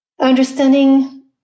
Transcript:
understanding